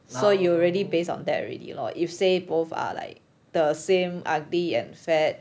so you already based on that already or if say both are like the same ugly and fat